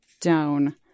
down